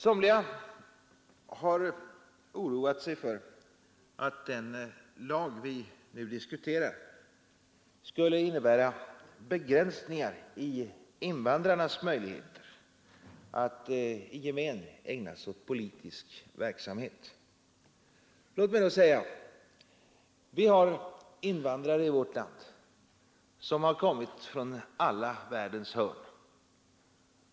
Somliga har oroat sig för att den lag vi nu diskuterar skulle innebära begränsningar i invandrarnas möjligheter att i gemen ägna sig åt politisk verksamhet. Låt mig då säga att vi har invandrare i vårt land som har kommit från alla världens hörn.